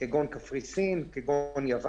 משום שאין פה יד